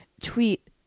tweet